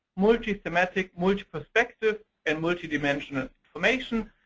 multi-thematic, multi-perspective, and multidimensional information.